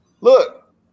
Look